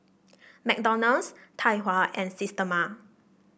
McDonald's Tai Hua and Systema